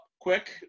quick